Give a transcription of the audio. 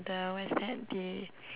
the what is that the